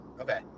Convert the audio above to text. okay